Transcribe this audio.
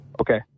okay